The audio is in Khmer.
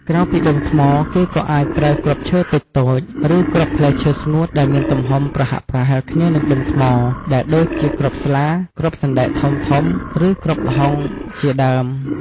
ក្រៅពីដុំថ្ម គេក៏អាចប្រើគ្រាប់ឈើតូចៗ ឬគ្រាប់ផ្លែឈើស្ងួតដែលមានទំហំប្រហាក់ប្រហែលគ្នានឹងដុំថ្មដែរដូចជាគ្រាប់ស្លា គ្រាប់សណ្ដែកធំៗ ឬគ្រាប់ល្ហុងជាដើម។